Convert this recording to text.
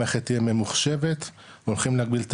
המערכת תהיה ממוחשבת ויכולים להגביל את